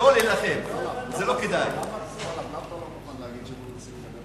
לא ייתכן בשום פנים.) מה זאת אומרת?